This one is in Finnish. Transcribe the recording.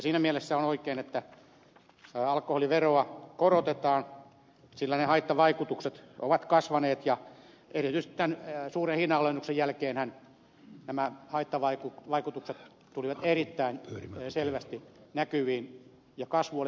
siinä mielessä on oikein että alkoholiveroa korotetaan sillä ne haittavaikutukset ovat kasvaneet ja erityisesti tämän suuren hinnanalennuksen jälkeenhän nämä haittavaikutukset tulivat erittäin selvästi näkyviin ja kasvu oli todella jyrkkä